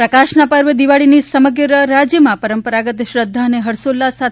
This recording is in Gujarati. પ્રકાશના પર્વ દિવાળીની સમગ્ર રાજ્યમાં પરંપરાગત શ્રદ્ધા અને ફર્ષોલ્લાસ સાથે